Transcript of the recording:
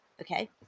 Okay